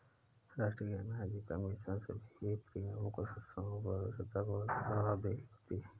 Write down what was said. राष्ट्रीय ग्रामीण आजीविका मिशन सभी प्रक्रियाओं और संस्थानों की पारदर्शिता और जवाबदेही होती है